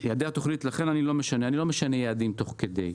אני לא משנה יעדים תוך כדי.